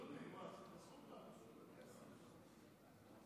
אני הצגתי את החוק, אמורה להיות רק הצבעה.